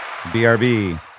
BRB